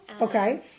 Okay